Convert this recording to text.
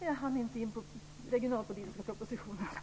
Jag hann inte gå in på den regionalpolitiska propositionen.